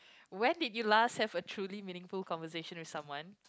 when did you last have a truly meaningful conversation with someone